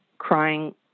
crying